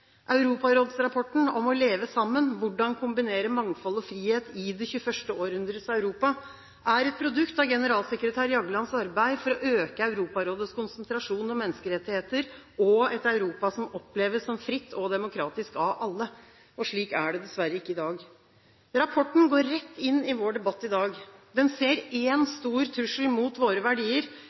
om å leve sammen, og hvordan kombinere mangfold og frihet i det 21. århundrets Europa, er et produkt av generalsekretær Jaglands arbeid for å øke Europarådets konsentrasjon om menneskerettigheter og et Europa som oppleves som fritt og demokratisk av alle. Slik er det dessverre ikke i dag. Rapporten går rett inn i vår debatt i dag. Den ser én stor trussel mot våre verdier,